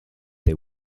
they